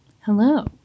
hello